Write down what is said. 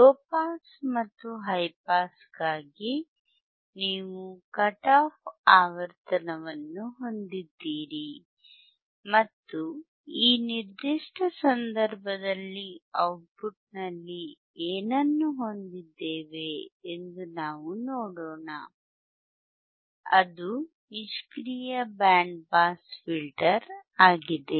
low pass ಮತ್ತು high ಪಾಸ್ಗಾಗಿ ನೀವು ಕಟ್ ಆಫ್ ಆವರ್ತನವನ್ನು ಹೊಂದಿದ್ದೀರಿ ಮತ್ತು ಈ ನಿರ್ದಿಷ್ಟ ಸಂದರ್ಭದಲ್ಲಿ ಔಟ್ಪುಟ್ ನಲ್ಲಿ ಏನನ್ನು ಹೊಂದಿದ್ದೇವೆ ಎಂದು ನಾವು ನೋಡೋಣ ಅದು ನಿಷ್ಕ್ರಿಯ ಬ್ಯಾಂಡ್ ಪಾಸ್ ಫಿಲ್ಟರ್ ಆಗಿದೆ